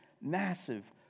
massive